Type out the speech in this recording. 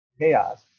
Chaos